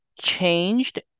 changed